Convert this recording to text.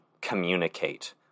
communicate